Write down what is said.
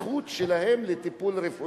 הם מאבדים את הזכות שלהם לטיפול רפואי,